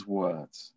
words